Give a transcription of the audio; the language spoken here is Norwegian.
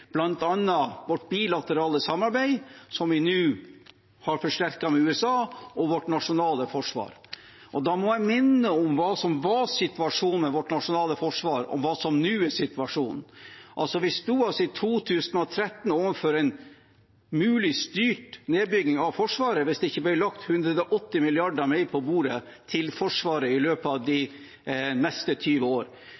vårt bilaterale samarbeid, som vi nå har forsterket med USA, og vårt nasjonale forsvar. Da må jeg minne om hva som var situasjonen i vårt nasjonale forsvar, og hva som nå er situasjonen. Altså, vi sto i 2013 overfor en mulig styrt nedbygging av Forsvaret hvis ikke 180 mrd. kr mer ble lagt på bordet, til Forsvaret, i løpet av de